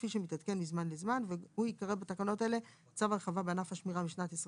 כפי שמתעדכן מזמן לזמן (בתקנות אלה צו הרחבה בענף השמירה משנת 2022);